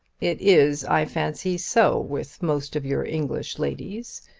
it is i fancy so with most of your english ladies.